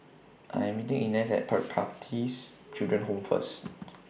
I'm meeting Ines At Pertapis Children Home First